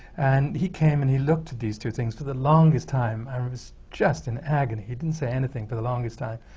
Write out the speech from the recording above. and he came and he looked at these two things for the longest time. time. i was just in agony. he didn't say anything for the longest time,